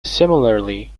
similarly